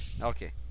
Okay